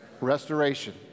restoration